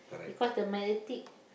because the magnetic